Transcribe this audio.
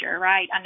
right